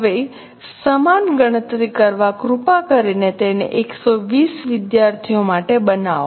હવે સમાન ગણતરી કરવા કૃપા કરીને તેને 120 વિદ્યાર્થીઓ માટે બનાવો